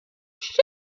chef